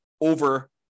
over